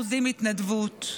100% התנדבות.